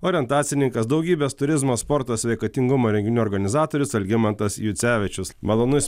orientacininkas daugybės turizmo sporto sveikatingumo renginių organizatorius algimantas jucevičius malonu jus